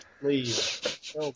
please